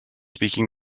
speaking